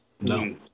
No